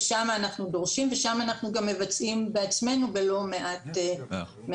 ושם אנחנו דורשים ושם אנחנו גם מבצעים בעצמנו בלא מעט מהמקרים.